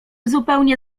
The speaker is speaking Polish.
zupełnie